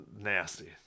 nasty